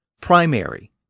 primary